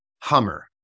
Hummer